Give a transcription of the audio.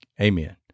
Amen